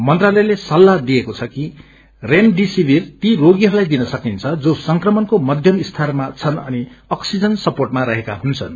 मंत्रालयले सल्लाह दिएको छ कि रेमडेविविर ती रोबीहरूलाईदिन सकिन्छ जो संक्रमणको मध्यम स्तरमा छन् अनि अक्सीजन सर्पोटमा रहेका हुन्छन्